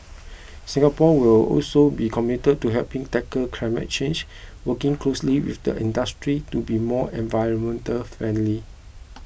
Singapore will also be committed to helping tackle climate change working closely with the industry to be more environmentally friendly